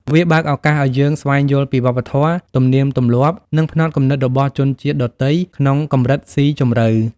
វាបើកឱកាសឱ្យយើងស្វែងយល់ពីវប្បធម៌ ទំនៀមទម្លាប់ និងផ្នត់គំនិតរបស់ជនជាតិដទៃក្នុងកម្រិតស៊ីជម្រៅ។